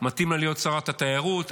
מתאים לה להיות שרת התיירות,